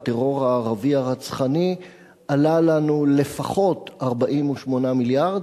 הטרור הערבי הרצחני עלה לנו לפחות 48 מיליארד.